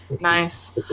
Nice